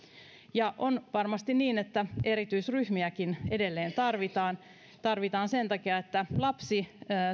on varmasti niin että erityisryhmiäkin edelleen tarvitaan niitä tarvitaan sen takia että lapsi